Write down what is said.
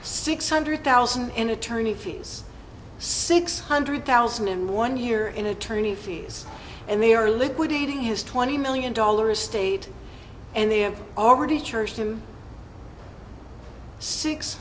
six hundred thousand in attorney fees six hundred thousand in one year in attorney fees and they are liquidating his twenty million dollar estate and they have already